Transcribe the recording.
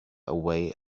away